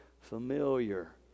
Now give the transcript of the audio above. familiar